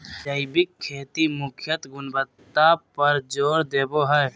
जैविक खेती मुख्यत गुणवत्ता पर जोर देवो हय